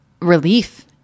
relief